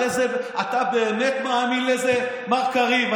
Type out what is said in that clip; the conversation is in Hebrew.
אתה באמת מאמין לזה, מר קריב?